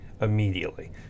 immediately